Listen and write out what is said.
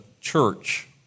church